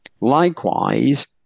Likewise